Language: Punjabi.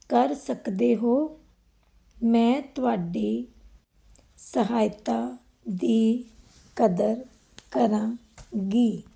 ਕਰ ਸਕਦੇ ਹੋ ਮੈਂ ਤੁਹਾਡੀ ਸਹਾਇਤਾ ਦੀ ਕਦਰ ਕਰਾਂਗੀ